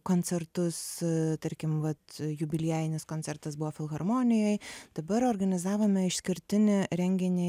koncertus tarkim vat jubiliejinis koncertas buvo filharmonijoj dabar organizavome išskirtinį renginį